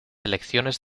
elecciones